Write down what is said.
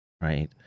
right